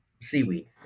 seaweed